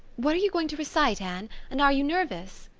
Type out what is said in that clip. what are you going to recite, anne? and are you nervous?